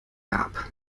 gab